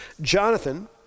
Jonathan